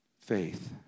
faith